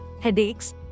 headaches